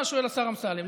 מה ששואל השר אמסלם,